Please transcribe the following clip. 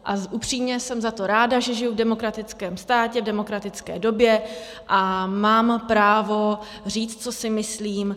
A upřímně jsem za to ráda, že žiji v demokratickém státě, v demokratické době a mám právo říct, co si myslím.